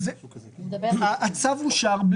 הצו אושר.